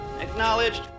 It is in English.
Acknowledged